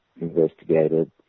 investigated